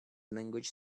language